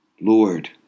Lord